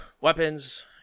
weapons